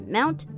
Mount